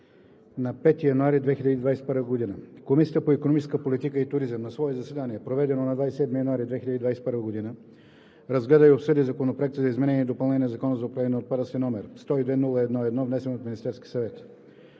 на 5 януари 2021 г. Комисията по икономическа политика и туризъм на свое заседание, проведено на 27 януари 2021 г., разгледа и обсъди Законопроект за изменение и допълнение на Закона за управление на отпадъците, № 102-01-1, внесен от Министерския съвет.